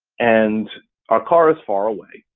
and our car is far away.